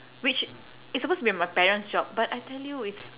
which is supposed to be my parents' job but I tell you it's